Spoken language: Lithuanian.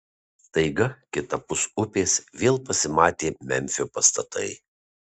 staiga kitapus upės vėl pasimatė memfio pastatai